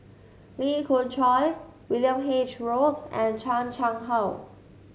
Lee Khoon Choy William H Road and Chan Chang How